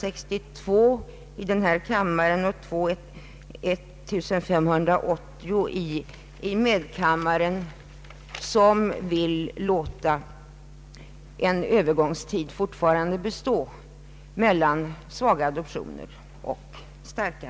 I motionsparet I: 1362 och II: 1580 vill motionärerna låta en övergångstid mellan svaga och starka adoptioner fortfarande bestå.